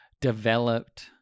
developed